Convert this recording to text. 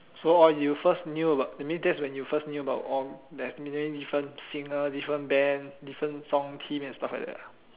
so orh you first knew about I mean that's when you first knew about orh there's many different singer this one band different song theme and stuff like that